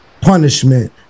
punishment